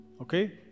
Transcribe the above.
Okay